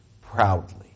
proudly